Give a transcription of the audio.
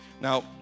Now